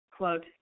quote